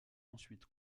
ensuite